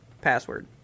password